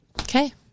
Okay